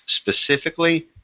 specifically